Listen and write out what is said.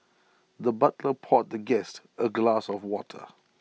the butler poured the guest A glass of water